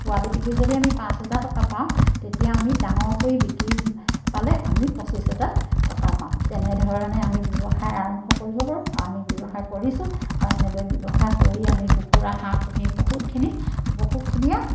পোৱালি বিকি যদি আমি পাঁচ হেজাৰ টকা পাওঁ তেতিয়া আমি ডাঙৰ কৰি বিকি পালে আমি পঁচিছ হেজাৰ টকা পাম তেনেধৰণে আমি ব্যৱসায় আৰম্ভ কৰিব পাৰোঁ আৰু আমি ব্যৱসায় কৰিছোঁ আৰু এনেদৰে ব্যৱসায় কৰি আমি কুকুৰা হাঁহ পুহি বহুতখিনি বহুতখিনিয়ে